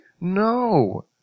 no